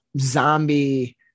zombie